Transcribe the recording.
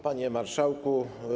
Panie Marszałku!